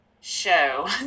show